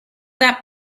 that